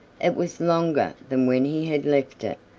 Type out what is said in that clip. it was longer than when he had left it,